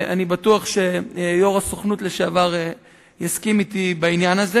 אני בטוח שיושב-ראש הסוכנות לשעבר יסכים אתי בעניין הזה.